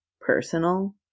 personal